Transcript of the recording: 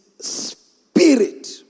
spirit